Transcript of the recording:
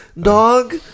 dog